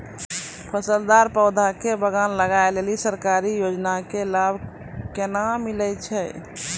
फलदार पौधा के बगान लगाय लेली सरकारी योजना के लाभ केना मिलै छै?